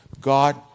God